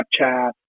Snapchat